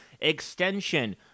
extension